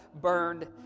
burned